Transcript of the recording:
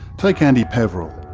take andy peverill.